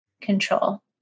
control